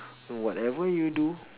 whatever you do